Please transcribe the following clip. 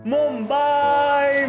Mumbai